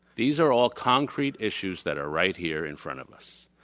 these are all concrete issues that are right here in front of us.